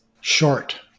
Short